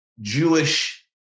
Jewish